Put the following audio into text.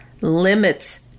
limits